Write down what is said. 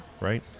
Right